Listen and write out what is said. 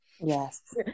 Yes